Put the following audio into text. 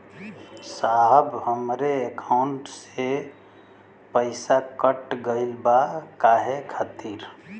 साहब हमरे एकाउंट से पैसाकट गईल बा काहे खातिर?